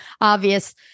obvious